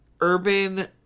urban